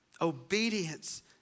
Obedience